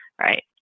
right